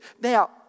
Now